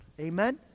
Amen